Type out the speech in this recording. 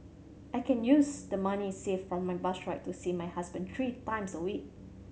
I can use the money saved for my bus ride to see my husband three times a week